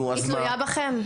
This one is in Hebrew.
היא תלויה בכם.